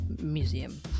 museum